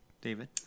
David